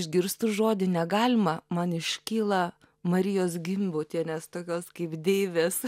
išgirstu žodį negalima man iškyla marijos gimbutienės tokios kaip deivės